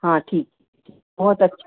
हाँ ठीक है बहुत अच्छा